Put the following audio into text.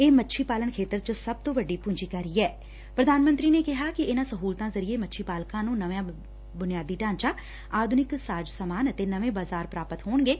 ਇਹ ਮੱਛੀ ਪਾਲਣ ਖੇਤਰ ਚ ਸਭ ਤੋ ਵੱਡੀ ਪੂੰਜੀਕਾਰੀ ਦੇ ਪ੍ਰਧਾਨ ਮੰਤਰੀ ਨੇ ਕਿਹਾ ਕਿ ਇਨ੍ਹਾਂ ਸਹੂਲਤਾਂ ਜ਼ਰੀਏ ਮੱਛੀ ਪਾਲਕਾਂ ਨੂੰ ਨਵਾਂ ਬੁਨਿਆਦ ਢਾਂਚਾ ਆਧੁਨਿਕ ਸਾਜ ਸਮਾਨ ਅਤੇ ਨਵੇਂ ਬਾਜ਼ਾਰ ਪ੍ਰਾਪਤ ਹੋਣਗੇ